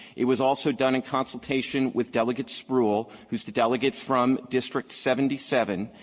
it was also done in consultation with delegate spruill, who's the delegate from district seventy seven.